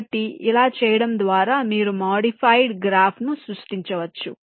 కాబట్టి ఇలా చేయడం ద్వారా మీరు మాడిఫైడ్ గ్రాఫ్ను సృష్టించవచ్చు